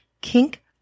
kink